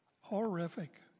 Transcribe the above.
Horrific